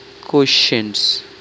questions